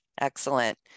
Excellent